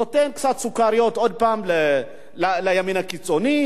נותן קצת סוכריות עוד פעם לימין הקיצוני,